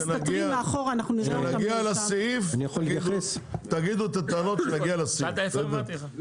טוב, כשנגיע לסעיף תגידו את הטענות כשנגיע לסעיף.